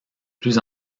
plus